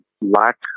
lack